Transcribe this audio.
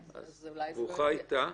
אז ברוכה הייתה,